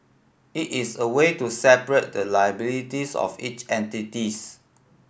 it is a way to separate the liabilities of each entities